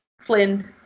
Flynn